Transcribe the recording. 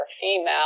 female